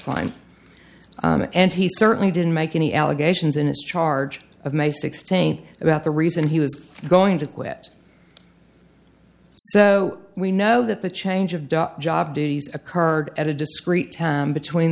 time and he certainly didn't make any allegations in his charge of may sixteenth about the reason he was going to quit so we know that the change of duck job duties occurred at a discreet time between